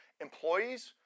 employees